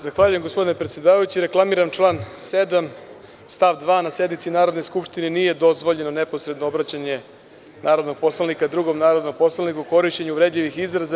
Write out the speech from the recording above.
Zahvaljujem, gospodine predsedavajući. reklamiram član 7. stav 2. – na sednici Narodne skupštine nije dozvoljeno neposredno obraćanje narodnog poslanika drugom narodnom poslaniku, korišćenje uvredljivih izraza…